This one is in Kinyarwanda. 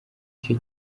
cyo